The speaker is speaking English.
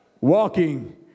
Walking